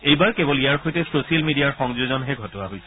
এইবাৰ কেৱল ইয়াৰ সৈতে ছচিয়েল মিডিয়াৰ সংযোজনহে ঘটোৱা হৈছে